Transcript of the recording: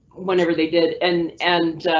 whenever they did an and, ah,